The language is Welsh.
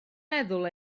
meddwl